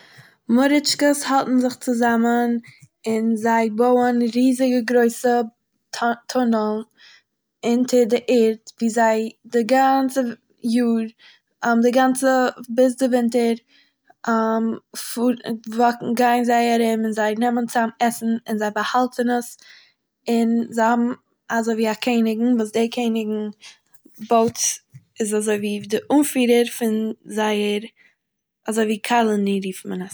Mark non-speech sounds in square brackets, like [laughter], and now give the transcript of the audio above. מארעטשקעס האלטן זיך צוזאמען און זיי בויען ריזיגע גרויסע טונעל'ס אונטער די ערד, ווי זיי די גאנצע יאר [hesitation] די גאנצע.. ביז די ווינטער [hesitation] פ [hesitation] וו [hesitation] גייען זיי ארום זיי נעמען צאם עסן און זיי באהאלטן עס און זיי האבן אזוי ווי א קעניגען, וואס דעי קעניגען בויעט איז אזוי ווי די אנפירער פון זייער אזוי ווי קאלאני רופט מען עס.